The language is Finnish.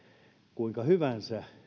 kuinka hyvänsä